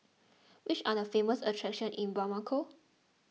which are the famous attractions in Bamako